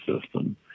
system